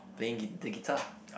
playing gui~ the guitar